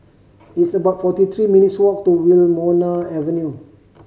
it's about forty three minutes' walk to Wilmonar Avenue